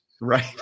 right